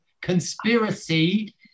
conspiracy